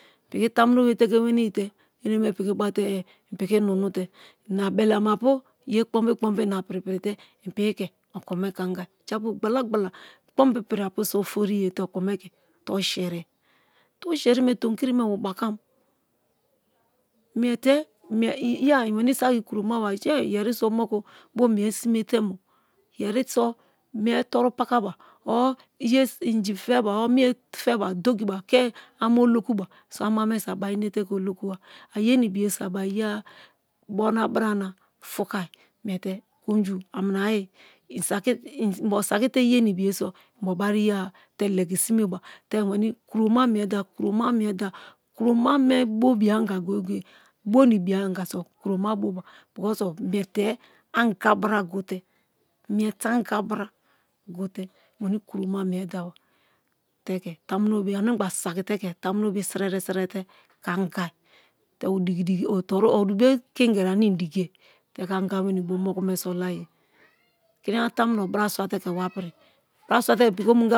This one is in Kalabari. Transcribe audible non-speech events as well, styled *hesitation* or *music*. Piki tamunobe teke wenii te eneme piki ba-atee i piki nuiru te inabelema apu ye kponbi kponbi ina prite i piki ke okome ke angai japu japu gbala-gbala kponbi pri-apu so ofori ye te okomr ke toriserie toruseri me tomikiri nie bio ba kam miete *hesitation* ya i meni saki kromaba yeriso moku bo mie simete mo yeriso bo torupakaba or *hesitation* inji feba or mie feba dokiba ke ama olokuba so amame so abari inete ke olokua a ye na ibiye so abari yea-a bo na bra na ayi *hesitation* i bo saki te legi simeba te krama mie da krama mie da krama me bo bia-aaga goye-goye bona bona ibiya so kuroma boba because of mie te anga bra gote mie te anga bra gote weni kroma mie daba te ke tamunobe anim gba saki te ke tamunobe sirere sirere te angai te odigi-odigi *hesitation* oribe kinge ane i dikie te ke anga wenii bo moku me so laye kiniyana tamuno bra swa te ke wapiri bra swate ke piki omongiapu.